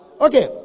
Okay